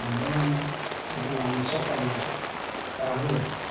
ଆମ୍ଭେମାନେ ଯଦି ମାଂସ ପାଇବା ତାହେଲେ